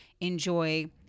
enjoy